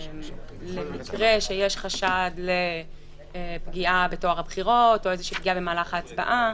למקרה שיש חשד לפגיעה בטוהר הבחירות או פגיעה במהלך ההצבעה.